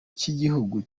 cy’igihugu